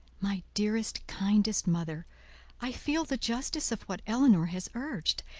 my dearest, kindest mother i feel the justice of what elinor has urged,